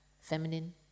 feminine